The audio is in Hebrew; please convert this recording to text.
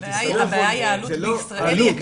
הבעיה היא שהעלות בישראל יקרה,